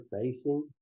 facing